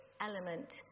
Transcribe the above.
element